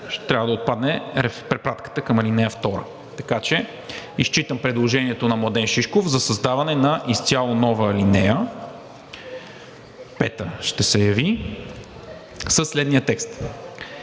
ще трябва да отпадне препратката към ал. 2. Изчитам предложението на Младен Шишков за създаване на изцяло нова алинея – ще се яви ал. 5, със следния текст: